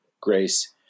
grace